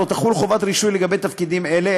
לא תחול חובת רישוי לגבי תפקידים אלה,